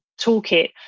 toolkit